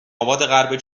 آبادغرب